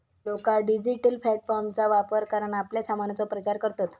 लोका डिजिटल प्लॅटफॉर्मचा वापर करान आपल्या सामानाचो प्रचार करतत